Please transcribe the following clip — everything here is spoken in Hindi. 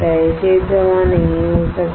यह क्षेत्र जमा नहीं हो सकता